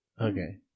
Okay